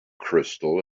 crystal